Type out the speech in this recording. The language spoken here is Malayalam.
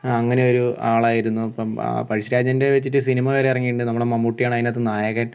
അങ്ങനെയൊരു ആളായിരുന്നു അപ്പം പഴശ്ശിരാജേൻ്റെ വെച്ചിട്ട് സിനിമ വരെ ഇറങ്ങിയിട്ടുണ്ട് നമ്മുടെ മമ്മൂട്ടിയാണ് അതിനകത്ത് നായകൻ